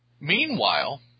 Meanwhile